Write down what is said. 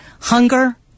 hunger